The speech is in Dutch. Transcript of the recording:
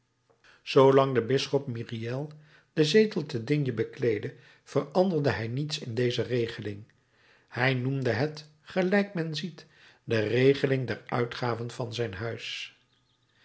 zoolang de bisschop myriel den zetel te d bekleedde veranderde hij niets in deze regeling hij noemde het gelijk men ziet de regeling der uitgaven van zijn huis